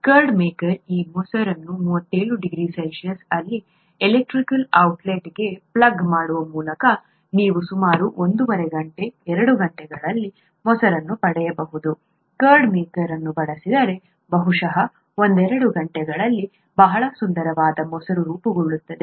curd maker ಈ ಮೊಸರನ್ನು 37 degree C ಅಲ್ಲಿ ಎಲೆಕ್ಟ್ರಿಕಲ್ ಔಟ್ಲೆಟ್ಗೆ ಪ್ಲಗ್ ಮಾಡುವ ಮೂಲಕ ನೀವು ಸುಮಾರು ಒಂದೂವರೆ ಗಂಟೆ ಎರಡು ಗಂಟೆಗಳಲ್ಲಿ ಮೊಸರನ್ನು ಪಡೆಯಬಹುದು ಕರ್ಡ್ ಮೇಕರ್ ಅನ್ನು ಬಳಸಿದರೆ ಬಹುಶಃ ಒಂದೆರಡು ಗಂಟೆಗಳಲ್ಲಿ ಬಹಳ ಸುಂದರವಾದ ಮೊಸರು ರೂಪುಗೊಳ್ಳುತ್ತದೆ